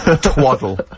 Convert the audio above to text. twaddle